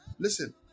Listen